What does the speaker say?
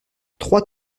trois